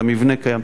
המבנה קיים,